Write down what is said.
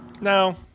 No